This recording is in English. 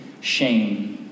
shame